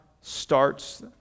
starts